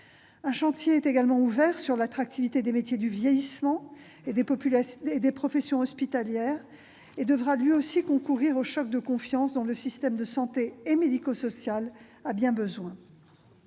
au chantier ouvert sur l'attractivité des métiers du vieillissement et des professions hospitalières, qui devra lui aussi concourir au choc de confiance dont le système de santé et médico-social a bien besoin.